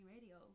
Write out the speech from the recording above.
Radio